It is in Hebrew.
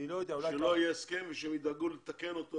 שלא יהיה הסכם ושהם ידאגו לתקן אותו